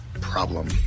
problem